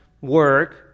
work